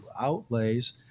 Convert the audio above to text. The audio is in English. outlays